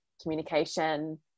communication